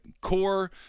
core